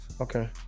Okay